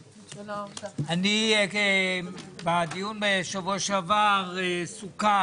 אבל קודם אני רוצה לומר שבדיון בשבוע שעבר סוכם